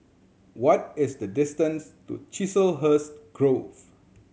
what is the distance to Chiselhurst Grove